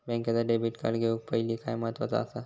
बँकेचा debit card घेउक पाहिले काय महत्वाचा असा?